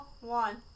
one